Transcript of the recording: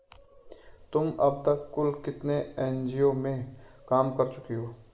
तुम अब तक कुल कितने एन.जी.ओ में काम कर चुकी हो?